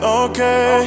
okay